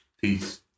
Peace